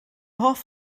hoff